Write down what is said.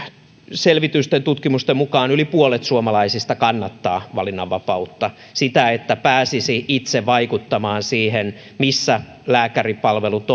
selvitysten tutkimusten mukaan yli puolet suomalaisista kannattaa valinnanvapautta sitä että pääsisi itse vaikuttamaan siihen missä lääkäripalvelut